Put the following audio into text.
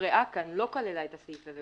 שהוקראה כאן לא כללה את הסעיף הזה,